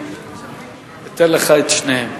אתן לך את שניהם.